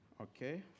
okay